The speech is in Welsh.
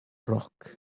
roc